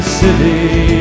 city